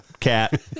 cat